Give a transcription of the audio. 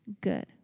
Good